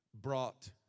Brought